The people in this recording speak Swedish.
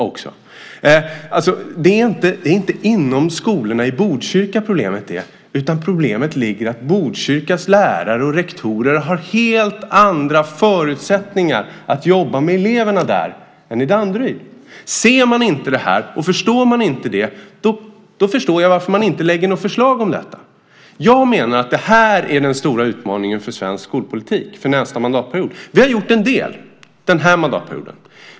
Det är inte inom skolorna i Botkyrka problemet ligger, utan problemet ligger i att Botkyrkas lärare och rektorer har helt andra förutsättningar att jobba med eleverna än vad man har i Danderyd. Ser man inte detta, och förstår man inte det, förstår jag varför man inte lägger något förslag om detta. Jag menar att det här är den stora utmaningen för svensk skolpolitik under nästa mandatperiod. Vi har gjort en del den här mandatperioden.